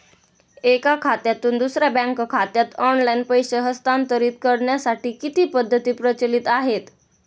एका खात्यातून दुसऱ्या बँक खात्यात ऑनलाइन पैसे हस्तांतरित करण्यासाठी किती पद्धती प्रचलित आहेत?